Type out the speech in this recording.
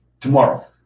tomorrow